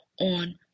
on